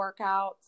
workouts